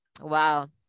Wow